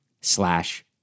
slash